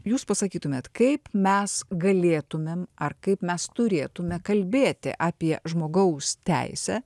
jūs pasakytumėt kaip mes galėtumėm ar kaip mes turėtume kalbėti apie žmogaus teisę